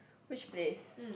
which place